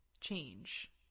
change